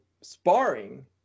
sparring